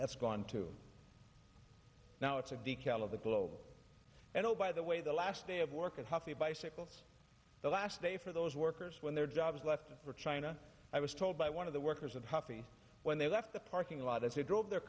that's gone too now it's a decal of the globe and oh by the way the last day of work and happy bicycles the last day for those workers when their jobs left for china i was told by one of the workers of huffy when they left the parking lot as he drove their